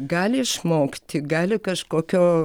gali išmokti gali kažkokio